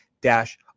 dash